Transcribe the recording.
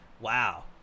wow